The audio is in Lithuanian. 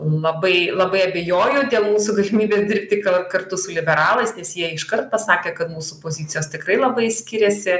labai labai abejoju dėl mūsų galimybės dirbti kartu su liberalais nes jie iškart pasakė kad mūsų pozicijos tikrai labai skiriasi